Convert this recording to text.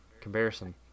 comparison